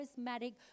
charismatic